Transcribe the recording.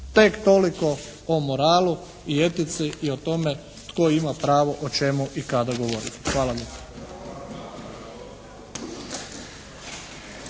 Tek toliko o moralu i etici i o tome tko ima pravo o čemu i kada govoriti. Hvala